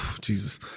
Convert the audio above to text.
Jesus